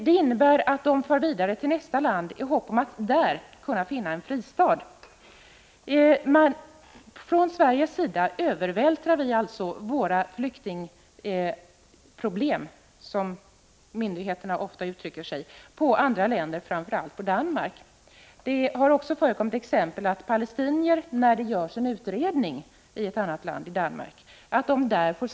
Det hade till följd att de for vidare till t.ex. Danmark i hopp om att där finna en fristad. Vi i Sverige övervältrar alltså våra flyktingproblem — som myndigheterna ofta kallar det — på andra länder, framför allt på Danmark. Det finns exempel på att palestinier har fått stanna i Danmark sedan man där gjort en utredning.